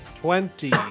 twenty